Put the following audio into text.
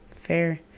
Fair